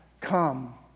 come